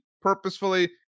purposefully